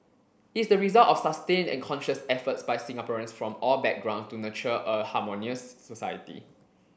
it's the result of sustained and conscious efforts by Singaporeans from all backgrounds to nurture a harmonious society